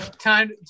time